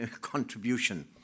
contribution